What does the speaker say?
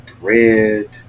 red